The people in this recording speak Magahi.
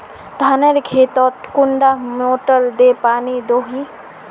धानेर खेतोत कुंडा मोटर दे पानी दोही?